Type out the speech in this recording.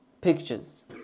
pictures